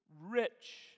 rich